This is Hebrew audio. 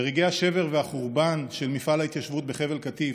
ברגעי השבר והחורבן של מפעל ההתיישבות בחבל קטיף,